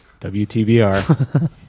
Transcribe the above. WTBR